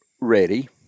ready